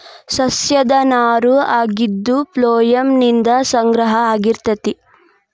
ಸಸ್ಯದ ನಾರು ಆಗಿದ್ದು ಪ್ಲೋಯಮ್ ನಿಂದ ಸಂಗ್ರಹ ಆಗಿರತತಿ